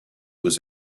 was